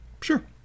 Sure